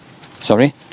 sorry